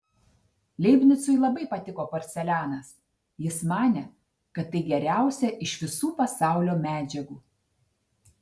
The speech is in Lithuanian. leibnicui labai patiko porcelianas jis manė kad tai geriausia iš visų pasaulio medžiagų